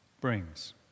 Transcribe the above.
brings